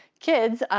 kids,